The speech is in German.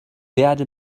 werde